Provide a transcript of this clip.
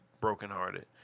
brokenhearted